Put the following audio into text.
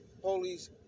Police